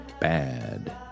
bad